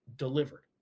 delivered